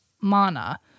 Mana